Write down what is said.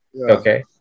Okay